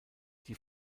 die